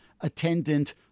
attendant